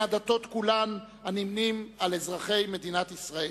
הדתות כולן הנמנות עם אזרחי מדינת ישראל.